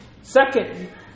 Second